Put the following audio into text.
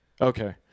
Okay